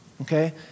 okay